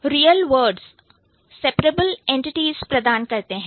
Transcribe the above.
Real words real words separable entities प्रदान करते हैं